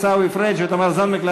עיסאווי פריג' ותמר זנדברג,